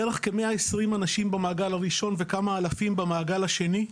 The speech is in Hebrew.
בערך כ-120 אנשים במעגל הראשון וכמה אלפים במעגל השני,